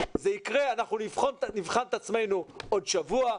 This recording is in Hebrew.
אנחנו נבחן את עצמנו בעוד שבוע,